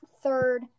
third